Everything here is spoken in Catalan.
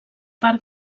parc